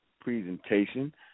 presentation